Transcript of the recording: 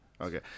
Okay